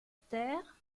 terre